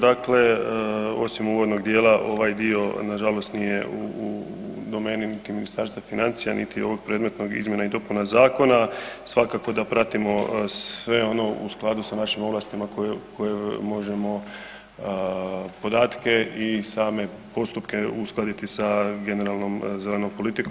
Dakle, osim uvodnog djela, ovaj dio nažalost nije u domeni niti Ministarstva financija niti ovog predmetnog izmjena i dopuna zakona, svakako da pratimo sve on u skladu sa našim ovlastima koje možemo podatke i same postupke uskladiti sa generalnom zelenom politikom.